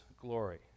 glory